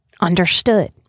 understood